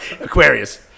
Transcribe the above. Aquarius